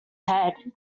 head